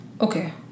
Okay